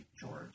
George